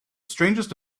strangest